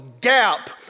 gap